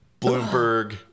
Bloomberg